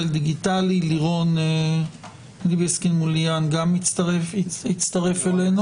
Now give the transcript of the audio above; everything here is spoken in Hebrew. דיגיטלית לירון ליבסקינד מליאן הצטרף אלינו.